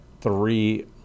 three